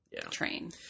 train